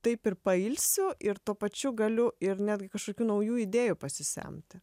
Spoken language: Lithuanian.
taip ir pailsiu ir tuo pačiu galiu ir netgi kažkokių naujų idėjų pasisemti